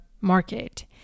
market